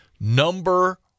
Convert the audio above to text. number